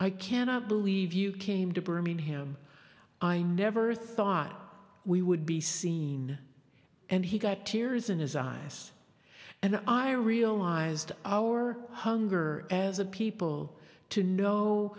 i cannot believe you came to birmingham i never thought we would be seen and he got tears in his eyes and i realized our hunger as a people to know